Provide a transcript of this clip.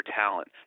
talent